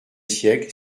siècle